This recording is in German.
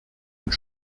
und